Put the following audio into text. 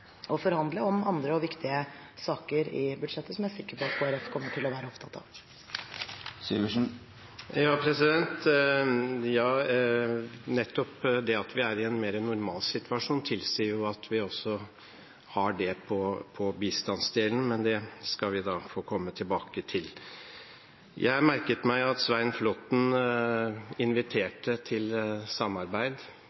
forhandle om andre og viktige saker i budsjettet, som jeg er sikker på at Kristelig Folkeparti kommer til å være opptatt av. Nettopp det at vi er i en mer normal situasjon, tilsier at vi også har det på bistandsdelen, men det skal vi få komme tilbake til. Jeg merket meg at Svein